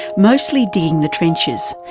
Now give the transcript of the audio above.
mostly digging the trenches,